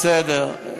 בסדר,